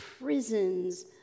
prisons